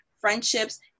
friendships